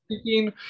speaking